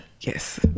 Yes